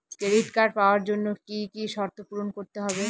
Credit card পাওয়ার জন্য কি কি শর্ত পূরণ করতে হবে?